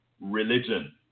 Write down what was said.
religion